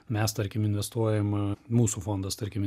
mes tarkim investuojam mūsų fondas tarkim